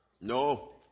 No